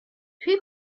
توی